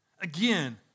Again